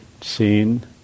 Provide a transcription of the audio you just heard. seen